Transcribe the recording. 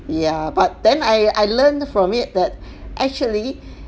ya but then I I learned from it that actually